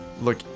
Look